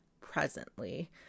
presently